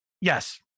Yes